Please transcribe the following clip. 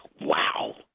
wow